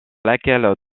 laquelle